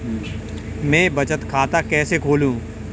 मैं बचत खाता कैसे खोलूं?